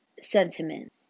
sentiment